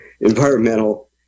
environmental